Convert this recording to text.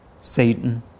Satan